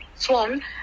Swan